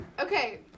Okay